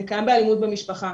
זה קיים באלימות במשפחה,